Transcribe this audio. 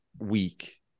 week